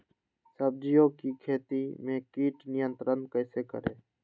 सब्जियों की खेती में कीट नियंत्रण कैसे करें?